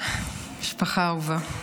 משפחה אהובה,